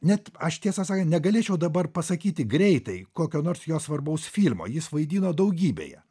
net aš tiesą sakant negalėčiau dabar pasakyti greitai kokio nors jo svarbaus filmo jis vaidino daugybėje